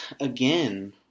again